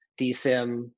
DSIM